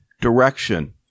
direction